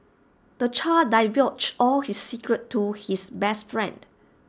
the child divulged all his secrets to his best friend